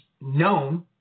known